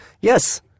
Yes